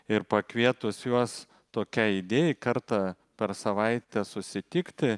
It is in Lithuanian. ir pakvietus juos tokiai idėjai kartą per savaitę susitikti